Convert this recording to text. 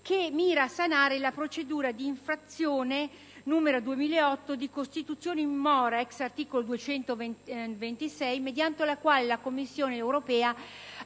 che mira a sanare la procedura di infrazione n. 4145/2008 di costituzione in mora, ex articolo 226 del Trattato CE, mediante la quale la Commissione europea